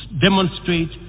demonstrate